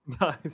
Nice